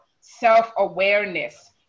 self-awareness